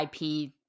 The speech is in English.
IP